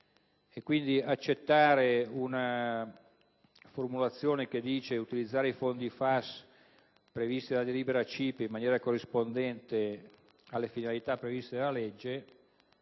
Posso accettare una formulazione che dica di utilizzare i fondi FAS previsti dalla delibera CIPE in maniera corrispondente alle finalità previste dalla legge,